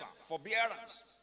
forbearance